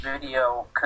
video